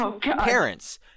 parents